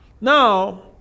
Now